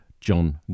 John